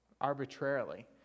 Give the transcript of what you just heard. arbitrarily